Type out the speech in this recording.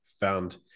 found